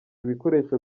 ibikoresho